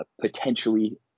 potentially